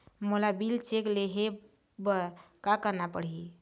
मोला bill check ले हे बर का करना पड़ही ही?